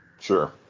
Sure